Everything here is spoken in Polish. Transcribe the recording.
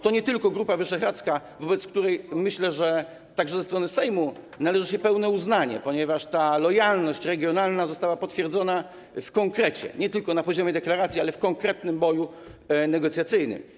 To nie tylko Grupa Wyszehradzka, której, myślę, także ze strony Sejmu należy się pełne uznanie, ponieważ ta lojalność regionalna została potwierdzona w konkrecie, nie tylko na poziomie deklaracji, ale w konkretnym boju negocjacyjnym.